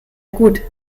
gut